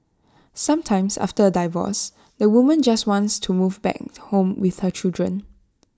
sometimes after A divorce the woman just wants to move back home with her children